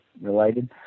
related